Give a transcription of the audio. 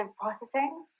processing